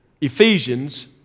Ephesians